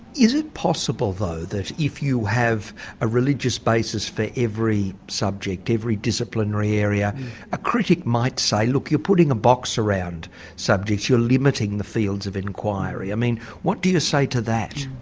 is it possible though that if if you have a religious basis for every subject, every disciplinary area a critic might say look you're putting a box around subjects, you're limiting the fields of enquiry. i mean what do you say to that?